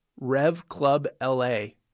RevClubLA